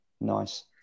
Nice